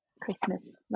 christmas